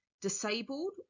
disabled